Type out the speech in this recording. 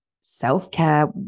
self-care